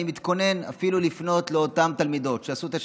אני מתכונן אפילו לפנות אל אותן תלמידות שעשו את השיימינג,